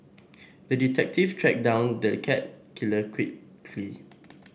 the detective tracked down the cat killer quickly